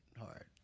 hard